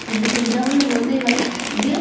কিন্তু সুবিধা বললে বলতেই হয় যে